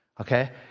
Okay